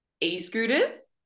e-scooters